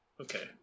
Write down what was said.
Okay